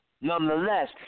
Nonetheless